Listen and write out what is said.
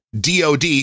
DOD